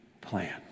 plan